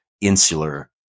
insular